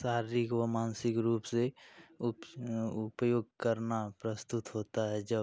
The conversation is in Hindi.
शारीरिक वा मानसिक रूप से उप्स उपयोग करना प्रस्तुत होता है जब